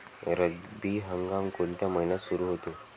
रब्बी हंगाम कोणत्या महिन्यात सुरु होतो?